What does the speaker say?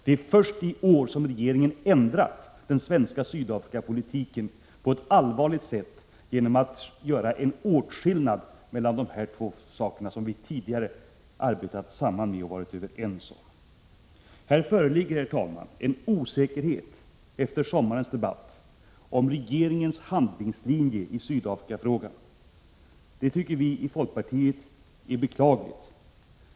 Det är först i år som regeringen ändrat den svenska Sydafrikapolitiken på ett allvarligt sätt genom att göra en åtskillnad mellan dessa två saker beträffande vilka vi tidigare har samarbetat och varit överens. Här föreligger, herr talman, efter sommarens debatt en osäkerhet om regeringens handlingslinje i Sydafrikafrågan. Det tycker vi i folkpartiet är beklagligt.